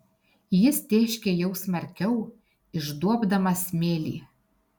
jis tėškė jau smarkiau išduobdamas smėlį